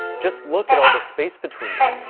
just look at all the space between them.